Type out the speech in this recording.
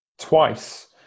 Twice